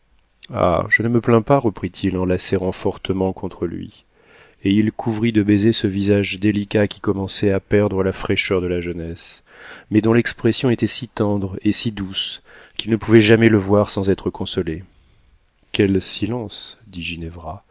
ah je ne me plains pas reprit-il en la serrant fortement contre lui et il couvrit de baisers ce visage délicat qui commençait à perdre la fraîcheur de la jeunesse mais dont l'expression était si tendre et si douce qu'il ne pouvait jamais le voir sans être consolé quel silence